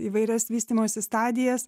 įvairias vystymosi stadijas